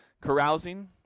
Carousing